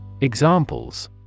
Examples